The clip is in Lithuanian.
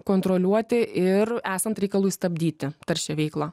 kontroliuoti ir esant reikalui stabdyti taršią veiklą